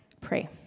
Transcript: pray